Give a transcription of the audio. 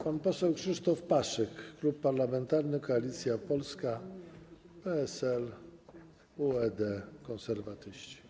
Pan poseł Krzysztof Paszyk, Klub Parlamentarny Koalicja Polska - PSL, UED, Konserwatyści.